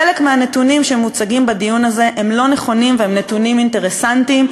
חלק מהנתונים שמוצגים בדיון הזה הם לא נכונים והם נתונים אינטרסנטיים.